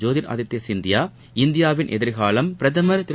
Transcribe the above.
ஜோதிர் ஆதித்ய சிந்தியா இந்தியாவின் எதிர்காலம் பிரதமர் திரு